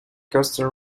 costa